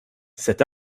cet